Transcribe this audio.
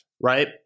Right